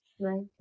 Right